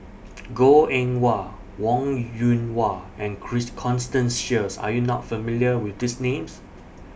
Goh Eng Wah Wong Yoon Wah and Christ Constance Sheares Are YOU not familiar with These Names